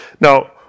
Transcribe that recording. Now